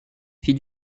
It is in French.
fille